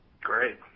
Great